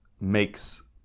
makes